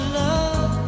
love